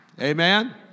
Amen